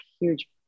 huge